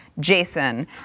Jason